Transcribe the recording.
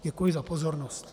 Děkuji za pozornost.